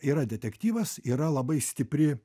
yra detektyvas yra labai stipri